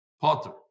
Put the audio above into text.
potter